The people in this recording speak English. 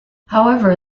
however